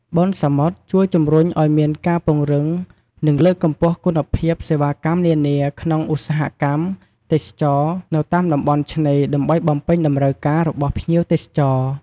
បុណ្យសមុទ្រជួយជំរុញឲ្យមានការពង្រឹង និងលើកកម្ពស់គុណភាពសេវាកម្មនានាក្នុងឧស្សាហកម្មទេសចរណ៍នៅតាមតំបន់ឆ្នេរ ដើម្បីបំពេញតម្រូវការរបស់ភ្ញៀវទេសចរ។